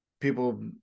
People